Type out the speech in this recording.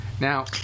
Now